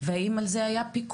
והאם על זה היה פיקוח.